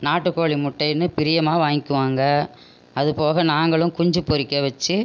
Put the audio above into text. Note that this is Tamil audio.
நாட்டுக் கோழி முட்டைன்னு பிரியமாக வாங்கிக்குவாங்க அதுபோக நாங்களும் குஞ்சு பொறிக்க வச்சி